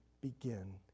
begin